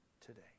today